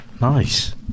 Nice